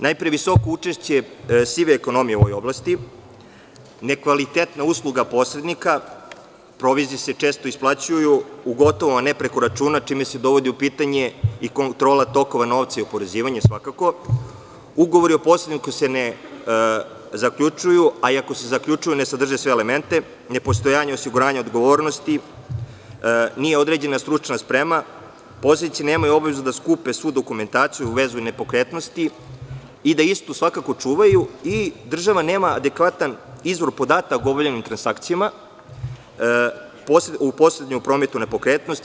Najpre, visoko učešće sive ekonomije u ovoj oblasti; ne kvalitetna usluga posrednika; provizije se često isplaćuju u gotovom, a ne preko računa, čime se dovodi u pitanje kontrola tokova novca i oporezivanje; ugovori o posredniku se ne zaključuju, a i ako se zaključuju ne sadrže sve elemente; ne postojanje osiguranja od odgovornosti; nije određena stručna sprema; posrednici nemaju obavezu da skupe svu dokumentaciju u vezi nepokretnosti i da istu očuvaju i država nema adekvatan izvor podataka o obavljenim transakcijama, posebno u prometu nepokretnosti.